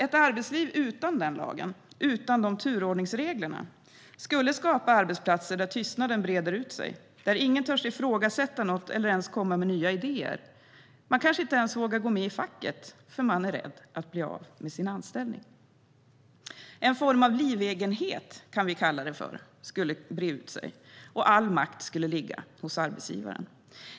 Ett arbetsliv utan den lagen och utan turordningsreglerna skulle skapa arbetsplatser där tystnaden breder ut sig, där ingen törs ifrågasätta något eller ens komma med nya idéer. Man kanske inte ens vågar gå med i facket, för man är rädd för att bli av med sin anställning. En form av livegenhet - det kan vi kalla det för - skulle breda ut sig, och all makt skulle ligga hos arbetsgivaren.